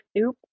soup